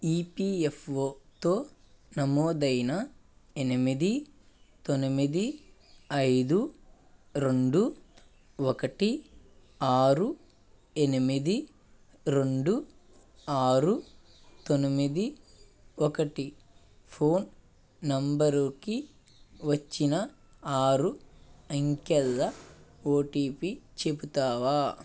ఈపిఎఫ్ఓతో నమోదైన ఎనిమిది తొనిమిది ఐదు రెండు ఒకటి ఆరు ఎనిమిది రెండు ఆరు తొనిమిది ఒకటి ఫోన్ నంబరుకి వచ్చిన ఆరు అంకెల ఓటీపీ చెపుతావా